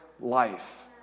life